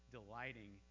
delighting